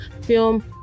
film